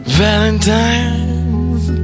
valentines